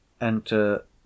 Enter